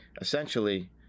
essentially